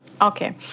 Okay